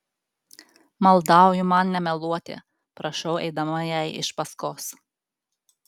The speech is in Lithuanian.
maldauju man nemeluoti prašau eidama jai iš paskos